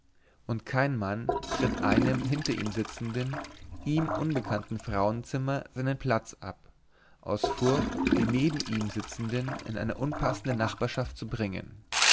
und kein mann tritt einem hinter ihm sitzenden ihm unbekannten frauenzimmer seinen platz ab aus furcht die neben ihm sitzenden in eine unpassende nachbarschaft zu bringen